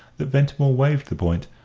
that ventimore waived the point,